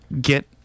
get